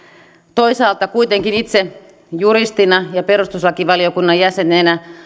toisaalta kuitenkin itse juristina ja perustuslakivaliokunnan jäsenenä